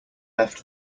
left